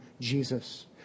Jesus